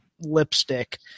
lipstick